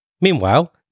Meanwhile